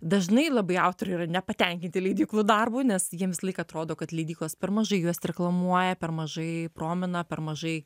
dažnai labai autoriai yra nepatenkinti leidyklų darbu nes jiems visąlaik atrodo kad leidyklos per mažai juos reklamuoja per mažai promina per mažai